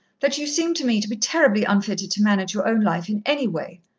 that you seem to me to be terribly unfitted to manage your own life in any way.